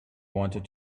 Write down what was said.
wanted